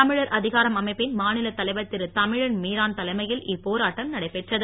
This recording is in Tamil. தமிழர் அதிகாரம் அமைப்பின் மாநில தலைவர் திருதமிழன் மீரான் தலைமையில் இப்போராட்டம் நடைபெற்றது